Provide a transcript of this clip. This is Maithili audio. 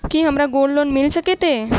की हमरा गोल्ड लोन मिल सकैत ये?